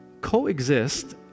Coexist